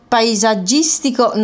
paesaggistico